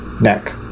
neck